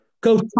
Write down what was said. go